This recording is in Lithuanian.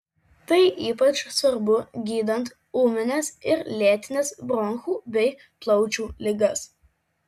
tai ypač svarbu gydant ūmines ir lėtines bronchų bei plaučių ligas